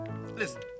Listen